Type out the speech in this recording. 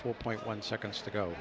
four point one seconds to go